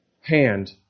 hand